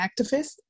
activist